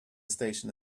station